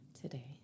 today